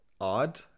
odd